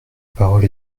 parole